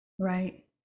Right